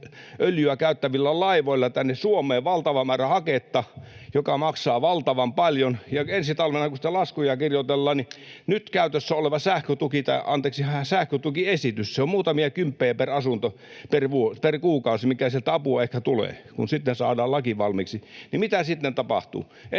öljyä käyttävillä laivoilla tänne Suomeen valtava määrä haketta, joka maksaa valtavan paljon, ja ensi talvena kun niitä laskuja kirjoitellaan — nyt käytössä oleva sähkötukiesitys on muutamia kymppejä per asunto per kuukausi, mitä sieltä apua ehkä tulee, kun sitten saadaan laki valmiiksi — niin mitä sitten tapahtuu?